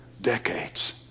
decades